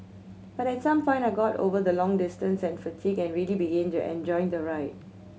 but at some point I got over the long distance and fatigue and really began to enjoy the ride